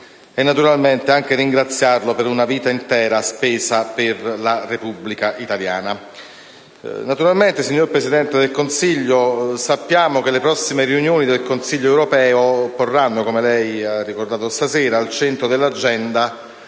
e naturalmente ringraziarlo per aver speso una vita intera per la Repubblica italiana. Signor Presidente del Consiglio, sappiamo che le prossime riunioni del Consiglio europeo porranno - come lei ha ricordato stasera - al centro dell'agenda,